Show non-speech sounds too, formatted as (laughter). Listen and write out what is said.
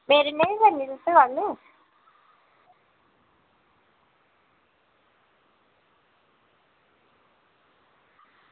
मेरी नेईं करनी तुसें (unintelligible)